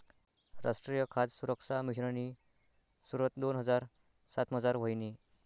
रासट्रीय खाद सुरक्सा मिशननी सुरवात दोन हजार सातमझार व्हयनी